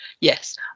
yes